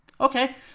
Okay